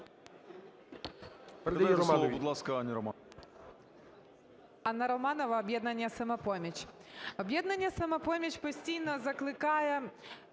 Передайте слово, будь ласка, Анні Романовій.